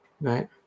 Right